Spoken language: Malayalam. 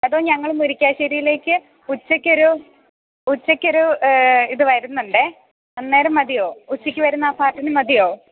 അതോ ഞങ്ങൾ മുരിക്കാശ്ശേരിയിലേക്ക് ഉച്ചക്കൊരു ഉച്ചക്കൊരു ഇതു വരുന്നുണ്ടേ അന്നേരം മതിയോ ഉച്ചക്കു വരുന്ന ബാച്ചിൽ മതിയോ